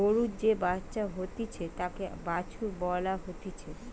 গরুর যে বাচ্চা হতিছে তাকে বাছুর বলা হতিছে